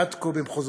עד כה במחוזותינו,